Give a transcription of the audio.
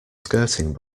skirting